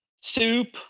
soup